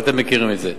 ואתם מכירים את זה.